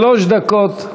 שלוש דקות לרשותך,